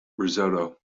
risotto